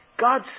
God